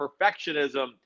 perfectionism